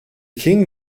king